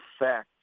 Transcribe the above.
effect